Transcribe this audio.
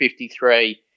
53